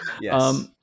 Yes